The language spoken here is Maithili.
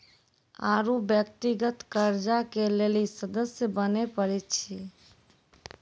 आरु व्यक्तिगत कर्जा के लेली सदस्य बने परै छै